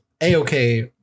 a-okay